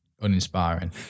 Uninspiring